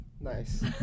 Nice